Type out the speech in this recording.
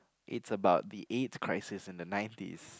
it's about the A I D S crisis in the nineties